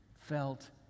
felt